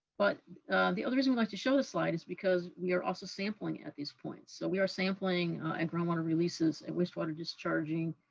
but the other reason we like to show the slide is because we are also sampling at these points. so we are sampling and groundwater releases and wastewater discharging,